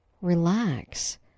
relax